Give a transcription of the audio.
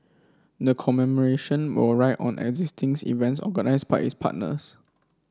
the commemoration will ride on existing's events organised by its partners